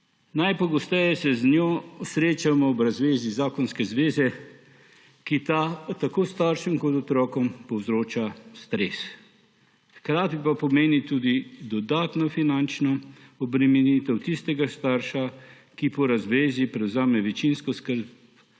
Najpogosteje se z njo srečamo ob razvezi zakonske zveze, ki tako staršem kot otrokom povzroča stres, hkrati pa pomeni tudi dodatno finančno obremenitev tistega starša, ki po razvezi prevzame večinsko skrb